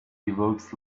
evokes